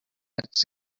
its